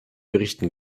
berichten